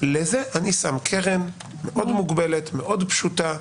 ולילד עם המוגבלות אנחנו שמים קרן מאוד מוגבלת ופשוטה,